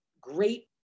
great